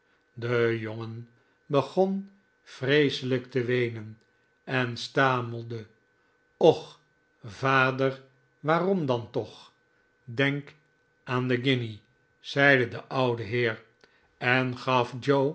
de jongen begon vreeselijk te weenen en stamelde octi vader waarom dan toch denk aan schrjndoo d van den ouden gkimaldi de guinje zeide de oude heer en gaf